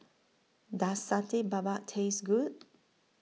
Does Satay Babat Taste Good